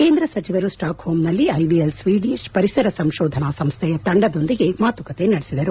ಕೇಂದ್ರ ಸಚಿವರು Stockholm ನಲ್ಲಿ ಐವಿಎಲ್ ಸ್ತೀಡಿಷ್ ಪರಿಸರ ಸಂಶೋಧನಾ ಸಂಸ್ಟೆಯ ತಂಡದೊಂದಿಗೆ ಮಾತುಕತೆ ನಡೆಸಿದರು